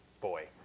boy